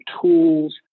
tools